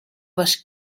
was